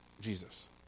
Jesus